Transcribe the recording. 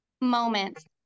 moment